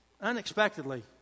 unexpectedly